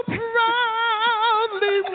proudly